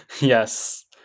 Yes